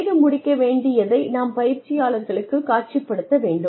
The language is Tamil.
செய்து முடிக்க வேண்டியதை நாம் பயிற்சியாளர்களுக்குக் காட்சிப் படுத்த வேண்டும்